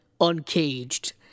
uncaged